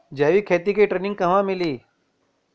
जैविक खेती के ट्रेनिग कहवा मिली?